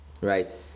right